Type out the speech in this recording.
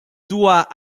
doit